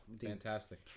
Fantastic